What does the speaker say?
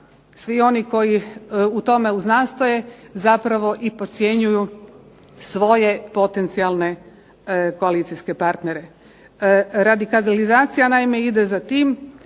svi oni koji u tome uznastoje zapravo i podcjenjuju svoje potencijalne koalicijske partnere. Radikalizacija naime ide za tim